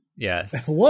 Yes